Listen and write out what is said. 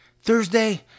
Thursday